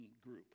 group